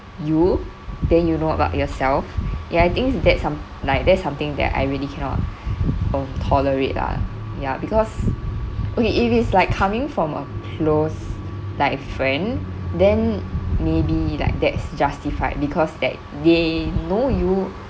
you than you know about yourself ya I think that's some like that's something that I really cannot know tolerate lah ya because okay if it's like coming from a close like friend then maybe like that's justified because that they know you